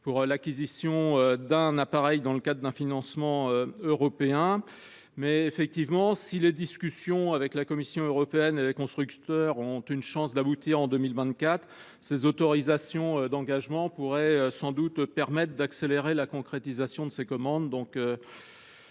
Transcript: pour l’acquisition d’un appareil dans le cadre d’un financement européen. Toutefois, si les discussions avec la Commission européenne et les constructeurs ont une chance d’aboutir en 2024, ces autorisations d’engagement pourraient sans doute permettre d’accélérer la concrétisation de ces commandes.